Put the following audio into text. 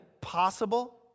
possible